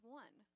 one